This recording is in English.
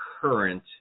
current